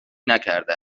نکرده